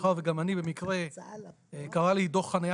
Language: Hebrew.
מאחר וגם אני במקרה קרה לי דוח חניה